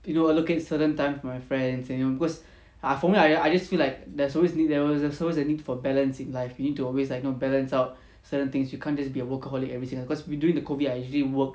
you know look in certain times with my friends and you know because err for me I I just feel like there's always a need there there's always a need for balance in life you need to always like you know balance out certain things you can't just be a workaholic everything lah cause I mean during the COVID I usually work